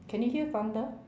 can you hear thunder